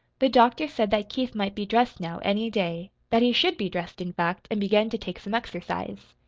the doctor said that keith might be dressed now, any day that he should be dressed, in fact, and begin to take some exercise.